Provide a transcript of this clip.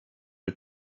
ett